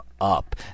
up